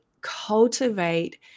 cultivate